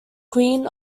queen